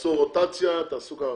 תעשו רוטציה, תעשו ככה.